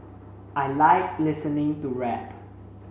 I like listening to rap